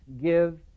give